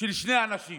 של שני אנשים.